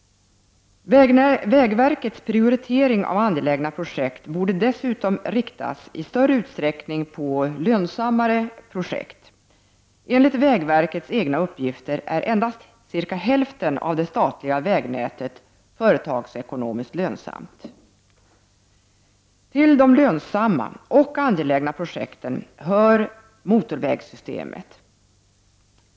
Vägverkets prioritering av angelägna projekt borde dessutom i större utsträckning inriktas på lönsammare projekt. Enligt vägverkets egna uppgifter är endast ungefär hälften av det statliga vägnätet företagsekonomiskt lönsam. Till de lönsamma och angelägna projekten hör motorvägssystemet.